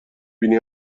بینی